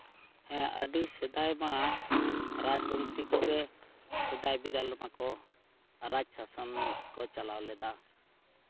ᱦᱮᱸ ᱟᱹᱰᱤ ᱥᱮᱫᱟᱭ ᱢᱟ ᱨᱟᱡᱽ ᱵᱚᱝᱥᱤ ᱠᱚᱜᱮ ᱥᱮᱫᱟᱭ ᱵᱤᱫᱟᱹᱞ ᱨᱮᱢᱟ ᱠᱚ ᱨᱟᱡᱽ ᱥᱟᱥᱚᱱ ᱠᱚ ᱪᱟᱞᱟᱣ ᱞᱮᱫᱟ